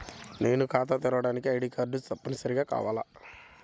నేను ఖాతా తెరవడానికి ఐ.డీ కార్డు తప్పనిసారిగా కావాలా?